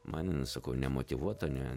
man sakau nemotyvuota ne